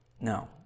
No